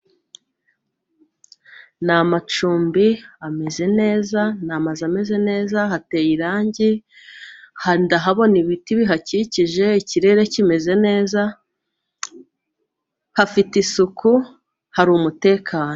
Ni amacumbi ameze neza. Ni amazu ameze neza. Hateye irangi. Ndahabona ibiti bihakikije. Ikirere kimeze neza. Hafite isuku hari umutekano.